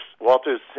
Walter's